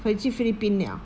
回去 philippines 了